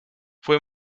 fue